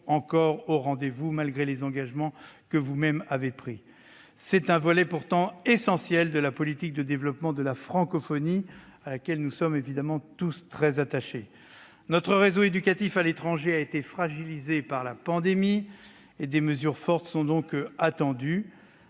pas au rendez-vous, malgré vos engagements, monsieur le ministre. C'est pourtant un volet essentiel de la politique de développement de la francophonie, à laquelle nous sommes tous attachés. Notre réseau éducatif à l'étranger a été fragilisé par la pandémie ; des mesures fortes sont donc attendues.